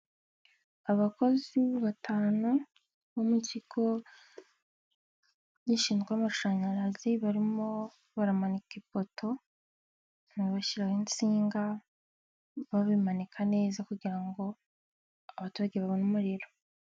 Abakozi batanu bo mu kigo gishinzwe amashanyarazi barimo barimo baramanika ipoto bashyiraho insinga, babimanika neza kugira ngo abaturage babone umuriro.